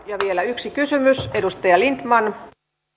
ja vielä yksi kysymys edustaja lindtman